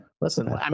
listen